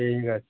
ঠিক আছে